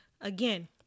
again